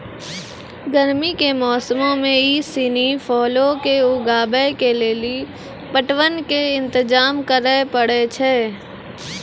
गरमी के मौसमो मे इ सिनी फलो के उगाबै के लेली पटवन के इंतजाम करै पड़ै छै